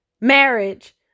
marriage